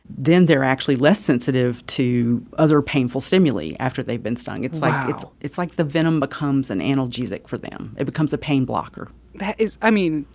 then they're actually less sensitive to other painful stimuli after they've been stung wow it's like the venom becomes an analgesic for them. it becomes a pain blocker that is i mean,